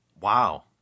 Wow